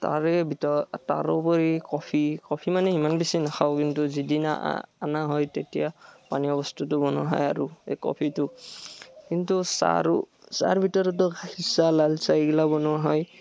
তাৰে ভিতৰত তাৰোপৰি কফি কফি মানে ইমান বেছি নাখাওঁ কিন্তু যিদিনা অনা হয় তেতিয়া পানীয় বস্তুটো বনোৱা হয় আৰু এই কফিটো কিন্তু চাহ আৰু চাহৰ ভিতৰতো গাখীৰ চাহ লাল চাহ এইগিলা বনোৱা হয়